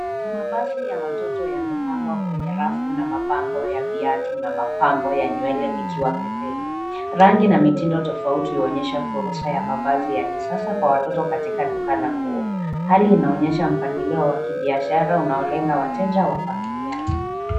Mavazi ya watoto yamepangwa kwenye rafu na mabango ya viatu na mapambo ya nywele vikiwa pembeni. Rangi na mitindo tofauti huonyesha fursa ya mavazi ya kisasa kwa watoto katika duka la nguo. Hali inaonyesha mpangilio wa kibiashara unaolenga wateja wa familia.